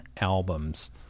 albums